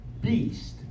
beast